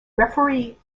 referee